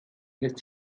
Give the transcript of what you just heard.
lässt